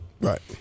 Right